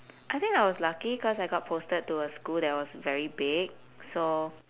I think I was lucky cause I got posted to a school that was very big so